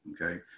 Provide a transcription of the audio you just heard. okay